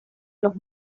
los